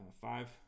five